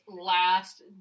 last